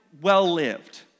well-lived